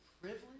privilege